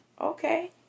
Okay